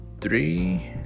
Three